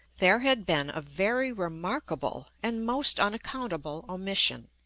there had been a very remarkable and most unaccountable omission